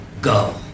Go